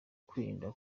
kwirinda